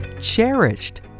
cherished